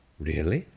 really?